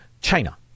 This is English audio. China